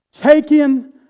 taking